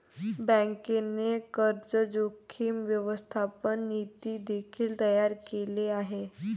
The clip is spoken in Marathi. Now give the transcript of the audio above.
बँकेने कर्ज जोखीम व्यवस्थापन नीती देखील तयार केले आहे